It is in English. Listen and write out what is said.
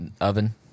oven